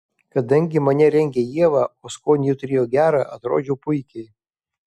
kadangi mane rengė ieva o skonį ji turėjo gerą atrodžiau puikiai